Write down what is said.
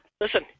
Listen